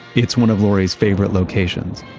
it's one of lori's favorite locations.